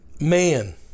Man